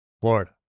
Florida